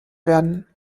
werden